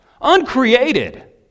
uncreated